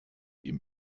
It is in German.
ihm